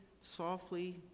softly